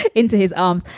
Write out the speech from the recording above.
into his arms.